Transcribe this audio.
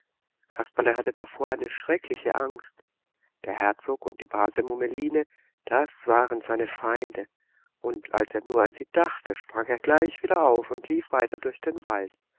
kasperle hatte davor eine ganz schreckliche angst der herzog und die base mummeline das waren seine feinde und als er nur an sie dachte sprang er gleich auf und lief weiter durch den wald